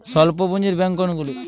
স্বল্প পুজিঁর ব্যাঙ্ক কোনগুলি?